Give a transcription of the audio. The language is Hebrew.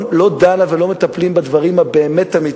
לא דנים ולא מטפלים באמת בדברים האמיתיים,